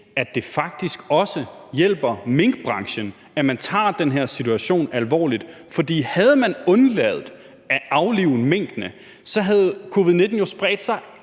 at det faktisk også hjælper minkbranchen, at man tager den her situation alvorligt. For havde man undladt at aflive minkene, havde covid-19 jo spredt sig